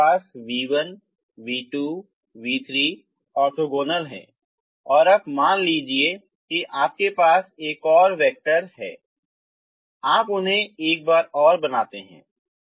अब आपके पास v1 v2 v3 ऑर्थोगोनल हैं और अब मान लीजिए कि आपके पास एक और वेक्टर हैआप उन्हें एक बार और बनाते हैं